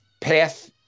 path